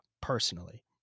personally